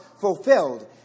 fulfilled